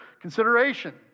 consideration